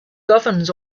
governs